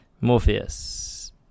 morpheus